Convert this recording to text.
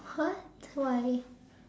what why